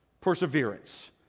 Perseverance